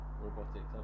robotics